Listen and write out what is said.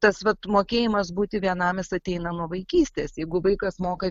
tas vat mokėjimas būti vienam jis ateina nuo vaikystės jeigu vaikas moka